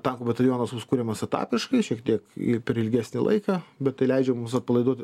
tankų batalionas bus kuriamas etapiškai šiek tiek per ilgesnį laiką bet tai leidžia mums atpalaiduoti